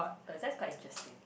oh that's quite interesting